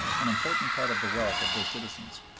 an important part of the wealth of their citizens.